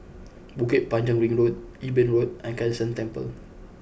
Bukit Panjang Ring Road Eben Road and Kai San Temple